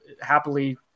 happily